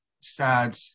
sad